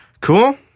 Cool